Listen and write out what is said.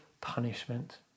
punishment